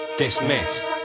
Dismiss